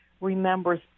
remembers